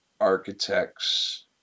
architects